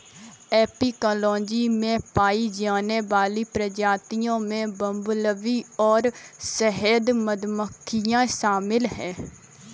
apicology में पाई जाने वाली प्रजातियों में बंबलबी और शहद मधुमक्खियां शामिल हैं